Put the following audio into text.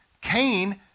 Cain